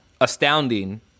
astounding